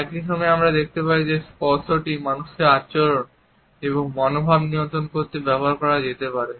একই সময়ে আমরা দেখতে পাই যে স্পর্শটি মানুষের আচরণ এবং মনোভাব নিয়ন্ত্রণ করতে ব্যবহার করা যেতে পারে